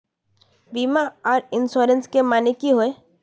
बीमा आर इंश्योरेंस के माने की होय?